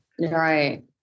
Right